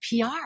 PR